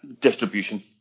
distribution